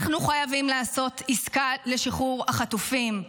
אנחנו חייבים לעשות עסקה לשחרור החטופים.